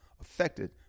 affected